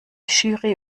jury